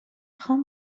خوام